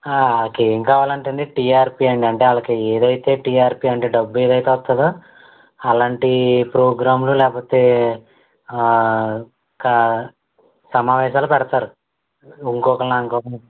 వాళ్ళకేం కావాలంటే అండి టిఆర్పి అండి అంటే వాళ్ళకి ఏదైతే టిఆర్పి అంటే డబ్బు ఏదైతే వస్తుందో అలాంటి ప్రోగ్రాములు లేకపోతే కా సమావేశాలు పెడతారు ఇంకొకలా ఇంకొకలా